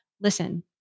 listen